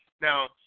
Now